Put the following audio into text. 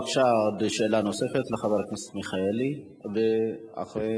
בבקשה, עוד שאלה לחבר הכנסת מיכאלי, ואחרי